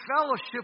fellowship